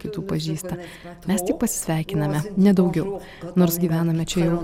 kitų pažįsta mes tik pasisveikiname ne daugiau nors gyvename čia jau